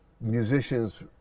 Musicians